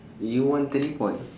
you want teleport